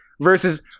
Versus